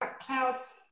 clouds